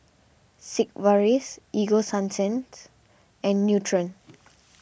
Sigvaris Ego Sunsense and Nutren